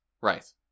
Right